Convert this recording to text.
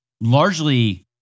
largely